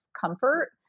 comfort